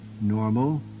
normal